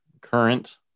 current